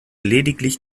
lediglich